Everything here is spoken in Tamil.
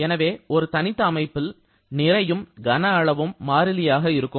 எனவே ஒரு தனித்த அமைப்பில் நிறையும் கன அளவும் மாறிலியாக இருக்கும்